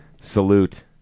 Salute